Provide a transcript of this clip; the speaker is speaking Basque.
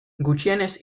gutxienez